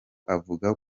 avuga